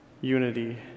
unity